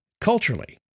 Culturally